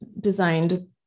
designed